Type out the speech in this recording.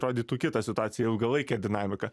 rodytų kitą situaciją ilgalaikę dinamiką